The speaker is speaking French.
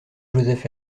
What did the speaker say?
joseph